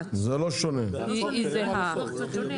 סליחה, זה נוסח של הוועדה?